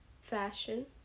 fashion